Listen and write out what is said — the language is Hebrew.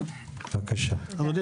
אדוני,